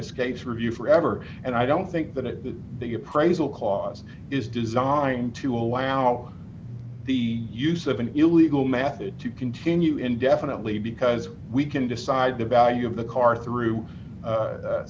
this case review forever and i don't think that the appraisal clause is designed to allow the use of an illegal method to continue indefinitely because we can decide the value of the car through